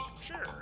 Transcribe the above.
sure